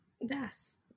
yes